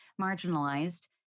marginalized